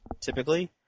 Typically